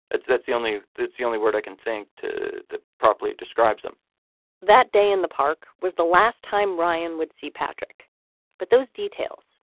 that's that's the only that's the only word i can think to properly describe him that day in the park was the last time ryan would see patrick but those details,